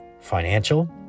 financial